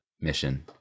mission